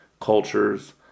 cultures